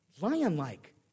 lion-like